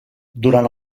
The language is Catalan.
durant